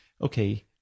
okay